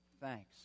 Thanks